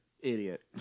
idiot